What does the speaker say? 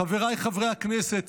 חבריי חברי הכנסת,